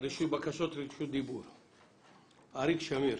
שמי אריק שמיר,